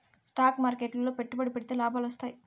stock మార్కెట్లు లో పెట్టుబడి పెడితే లాభాలు వత్తాయి